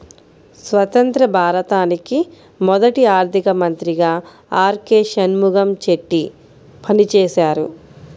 స్వతంత్య్ర భారతానికి మొదటి ఆర్థిక మంత్రిగా ఆర్.కె షణ్ముగం చెట్టి పనిచేసారు